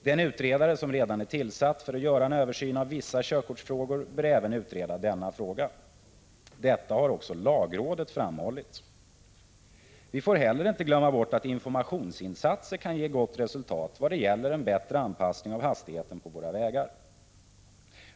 Den utredare som redan är tillsatt för att göra en översyn av vissa körkortsfrågor bör även utreda denna fråga. Detta har också lagrådet framhållit. Vi får heller inte glömma bort att informationsinsatser kan ge gott resultat vad gäller en bättre anpassning av hastigheten på våra vägar.